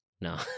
No